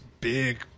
big